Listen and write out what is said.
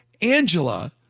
Angela